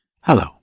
Hello